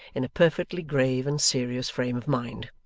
in a perfectly grave and serious frame of mind.